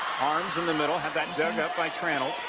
harms in the middle. have that dug up by tranel.